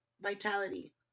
vitality